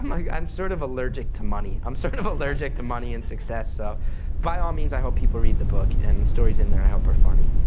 um like i'm sort of allergic to money. i'm sort and of allergic to money and success, so by all means, i hope people read the book, and the stories in there, i hope are funny.